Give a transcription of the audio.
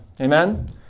Amen